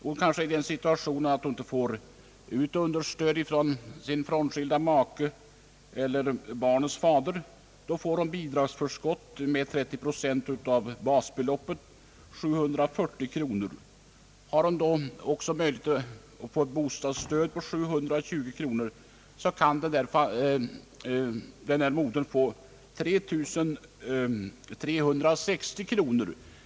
Den frånskilde maken eller barnets fader betalar kanske inte understöd — då får hon bidragsförskott med 30 procent av basbeloppet, 1740 kronor. Med bostadsstödet på 720 kronor kan alltså denna moder få 3 360 kronor.